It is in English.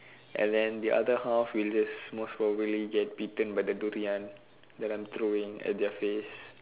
and then the other half will just most probably get beaten by the durian that I'm throwing at their face